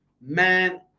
Man